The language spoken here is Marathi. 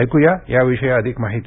ऐक्या याविषयी अधिक माहिती